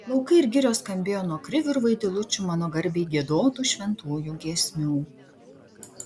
laukai ir girios skambėjo nuo krivių ir vaidilučių mano garbei giedotų šventųjų giesmių